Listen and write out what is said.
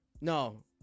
No